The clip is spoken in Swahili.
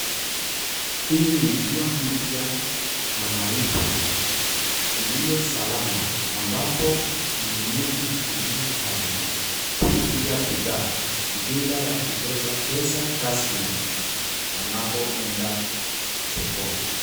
Hii ni njia mpya ya malipo iliyo salama ambapo mnunuzi hutumia kadi kulipia bidhaa bila ya kubeba pesa rasmi anapoenda sokoni.